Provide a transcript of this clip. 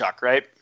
right